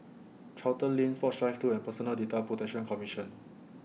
Charlton Lane Sports Drive two and Personal Data Protection Commission